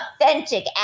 authentic